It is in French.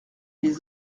des